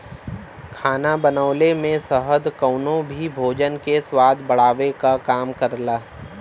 खाना बनवले में शहद कउनो भी भोजन के स्वाद बढ़ावे क काम करला